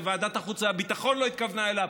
וועדת החוץ והביטחון לא התכוונה אליו,